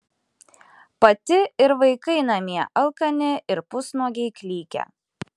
pati ir vaikai namie alkani ir pusnuogiai klykia